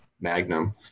Magnum